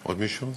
עוד מישהו רוצה?